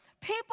people